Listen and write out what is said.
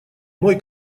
мой